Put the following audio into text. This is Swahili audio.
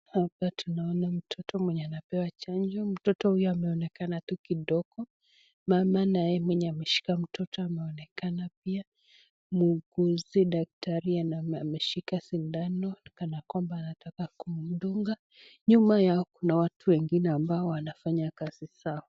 Hapa tunaona mtoto mwenye anapewa chanjo , mtoto huyu ameonekana tu kidogo mama naye mwenye ameshika mtoto ameonekana pia muunguzi , daktari ameshika sindano na ya kwamba anataka kumtunga nyuma yao kuna watu ambao wanafanya kazi zao.